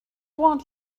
want